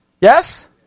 Yes